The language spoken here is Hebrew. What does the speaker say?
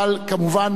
כמובן,